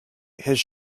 his